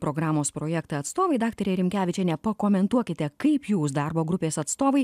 programos projektą atstovai daktarė rimkevičienė pakomentuokite kaip jūs darbo grupės atstovai